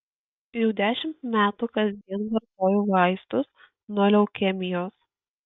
jau dešimt metų kasdien vartoju vaistus nuo leukemijos